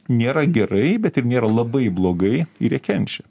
nėra gerai bet ir nėra labai blogai ir jie kenčia